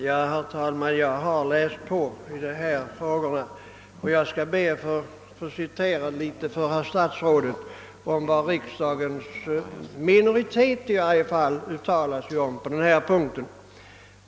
Herr talman! Jag har läst på dessa frågor, och jag skall be att få citera för herr statsrådet vad riksdagens minoritet uttalade på denna punkt.